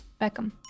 Beckham